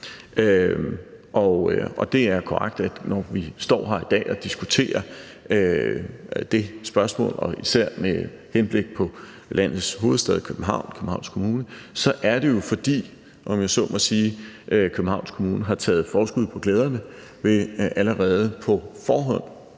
Det er korrekt, at når vi står her i dag og diskuterer dette spørgsmål og især med henblik på landets hovedstad, København og Københavns Kommune, så er det jo, fordi Københavns Kommune, om jeg så må sige, har taget forskud på glæderne ved allerede på forhånd,